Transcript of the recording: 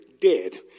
dead